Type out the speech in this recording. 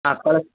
ಹಾಂ ಕಳ್ಸಿ